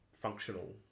functional